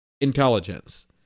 intelligence